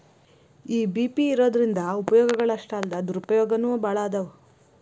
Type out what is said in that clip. EBP ಇರೊದ್ರಿಂದಾ ಉಪಯೊಗಗಳು ಅಷ್ಟಾಲ್ದ ದುರುಪಯೊಗನೂ ಭಾಳದಾವ್